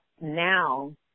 now